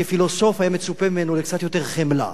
כפילוסוף, היה מצופה ממנו לקצת יותר חמלה.